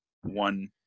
one